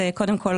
קודם כול,